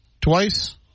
twice